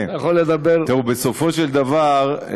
תראו, בסופו של דבר,